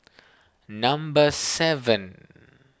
number seven